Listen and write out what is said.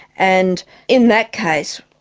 and in that case,